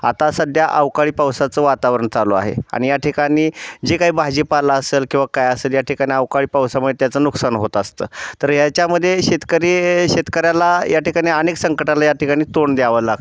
आता सध्या अवकाळी पावसाचं वातावरण चालू आहे आणि या ठिकाणी जे काही भाजीपाला असेल किंवा काय असेल या ठिकाणी अवकाळी पावसामुळे त्याचं नुकसान होत असतं तर याच्यामध्ये शेतकरी शेतकऱ्याला या ठिकाणी अनेक संकटाला या ठिकाणी तोंड द्यावं लागतं